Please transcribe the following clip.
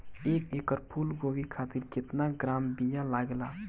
एक एकड़ फूल गोभी खातिर केतना ग्राम बीया लागेला?